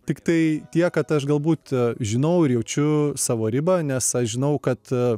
tiktai tiek kad aš galbūt žinau ir jaučiu savo ribą nes aš žinau kad